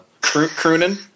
crooning